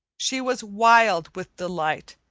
she was wild with delight,